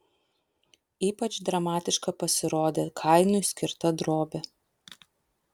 ypač dramatiška pasirodė kainui skirta drobė